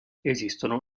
esistono